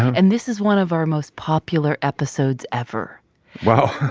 and this is one of our most popular episodes ever wow